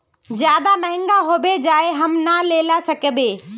ज्यादा महंगा होबे जाए हम ना लेला सकेबे?